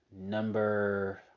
number